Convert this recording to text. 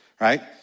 right